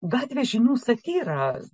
gatvės žinių satyra